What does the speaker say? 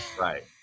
Right